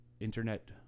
Internet